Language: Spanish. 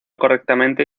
correctamente